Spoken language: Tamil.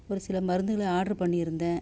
ஒரு சில மருந்துகளை ஆட்ரு பண்ணியிருந்தேன்